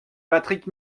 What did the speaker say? patrick